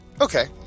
Okay